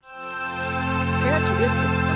Characteristics